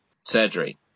surgery